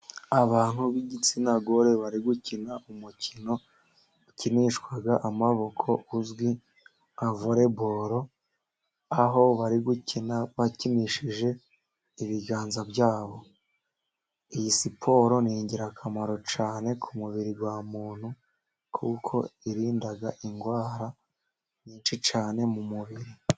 Abantu b'igitsina gore bari gukina umukino wukinishwa amaboko uzwi nka voreboru aho bari gukina bakinishije ibiganza byabo, iyi siporo n'ingirakamaro cyane ku mubiri wa muntu kuko irinda indwara nyinshi cyane mu mubiri.